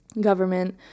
government